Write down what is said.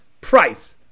price